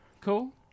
cool